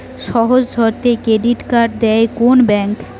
সহজ শর্তে credit card দেয় কোন ব্যাংক?